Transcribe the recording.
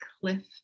cliff